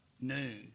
noon